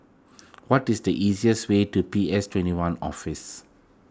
what is the easiest way to P S twenty one Office